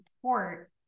support